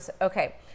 Okay